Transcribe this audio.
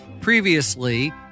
Previously